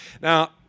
Now